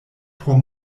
por